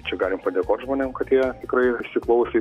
čia galim padėkot žmonėm kad jie tikrai įsiklausė į